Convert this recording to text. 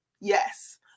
Yes